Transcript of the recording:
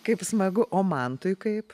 kaip smagu o mantui kaip